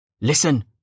Listen